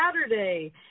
Saturday